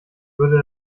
würde